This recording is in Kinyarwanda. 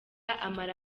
amara